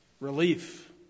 Relief